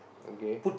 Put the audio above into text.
okay